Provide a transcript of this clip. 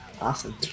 Awesome